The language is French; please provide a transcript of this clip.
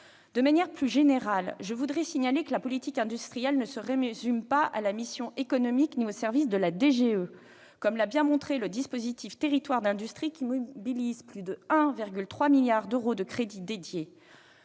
De manière plus générale, je veux faire observer que la politique industrielle ne se résume pas à la mission « Économie » ni au service de la DGE. En témoigne le dispositif « Territoires d'industrie », qui mobilise plus de 1,3 milliard d'euros de crédits dédiés.